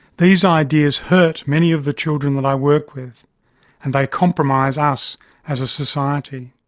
these ideas hurt many of the children that i work with and they compromise us as a society.